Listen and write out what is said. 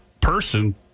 person